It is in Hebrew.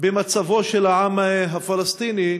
במצבו של העם הפלסטיני,